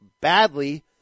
badly